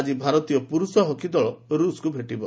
ଆଜି ଭାରତୀୟ ପୁରୁଷ ହକି ଦଳ ରୁଷକୁ ଭେଟିବ